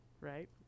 right